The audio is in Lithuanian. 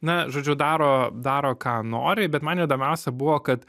na žodžiu daro daro ką nori bet man įdomiausia buvo kad